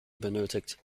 benötigt